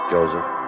Joseph